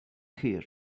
here